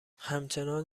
همچنان